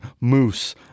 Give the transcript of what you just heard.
moose